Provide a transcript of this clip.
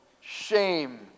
shame